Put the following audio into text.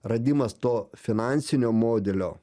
radimas to finansinio modelio